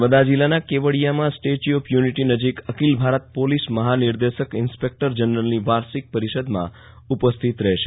નર્મદા જિલ્લાના કેવડી યામાં સ્ટેચ્યુ ઓફ યુનિટી નજોક અખિલ ભારત પોલિસ મહાનિદેશક ઈન્રપકટર જનરલની વાર્ષિક પરિ ષદમાં ઉપસ્થિત રહશે